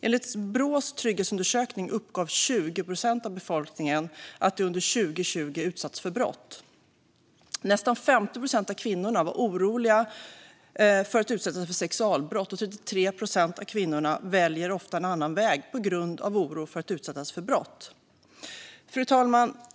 Enligt Brås trygghetsundersökning uppgav 20 procent av befolkningen att de under 2020 utsatts för brott. Nästan 50 procent av kvinnorna var oroliga att utsättas för sexualbrott, och 33 procent av kvinnorna väljer ofta en annan väg på grund av oro att utsättas för brott. Fru talman!